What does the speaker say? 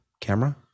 camera